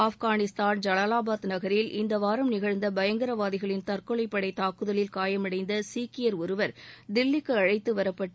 ஆப்கானிஸ்தான் ஐவாவாபாத் நகரில் இந்த வாரம் நிகழ்ந்த பயங்கரவாதிகளின் தற்கொலைப் படை தாக்குதலில் காயமடைந்த சீக்கியர் ஒருவர் தில்விக்கு அழைத்துவரப்பட்டு